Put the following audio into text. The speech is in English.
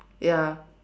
ya